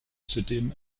zudem